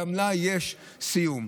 יש סיום.